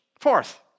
Fourth